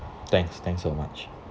thanks thanks so much